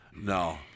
No